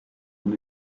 one